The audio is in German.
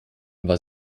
war